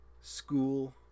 school